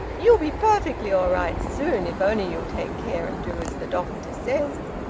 you'll be perfectly all right soon if only you'll take care and do as the doctor says,